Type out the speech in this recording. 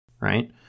Right